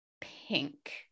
pink